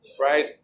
right